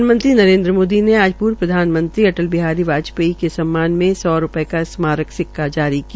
प्रधानमंत्री नरेन्द्र मोदी ने आज पूर्व प्रधानमंत्री अटल बिहारी बाजपेयी के सम्मान मे सौ रूपये का स्मारक सिक्का जारी किया